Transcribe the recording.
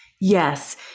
yes